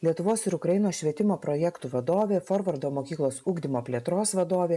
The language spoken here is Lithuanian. lietuvos ir ukrainos švietimo projektų vadovė forvardo mokyklos ugdymo plėtros vadovė